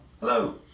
Hello